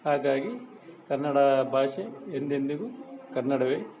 ಹಾಗಾಗಿ ಕನ್ನಡ ಭಾಷೆ ಎಂದೆಂದಿಗು ಕನ್ನಡವೇ